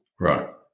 Right